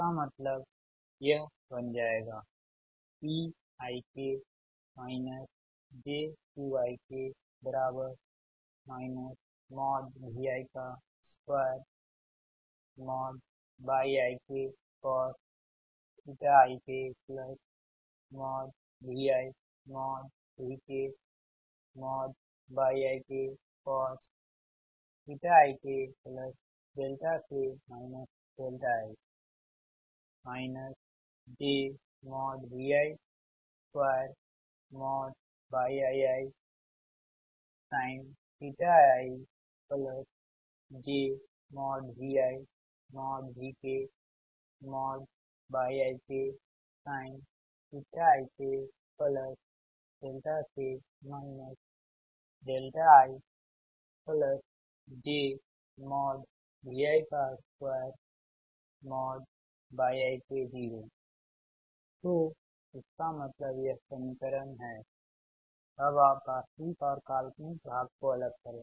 इसका मतलब यह बन जाएगा तोइसका मतलब यह समीकरण हैअब आप वास्तविक और काल्पनिक भाग को अलग करें